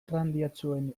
arrandiatsuen